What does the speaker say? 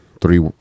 three